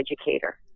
educator